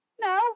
No